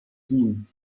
wien